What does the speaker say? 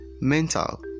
mental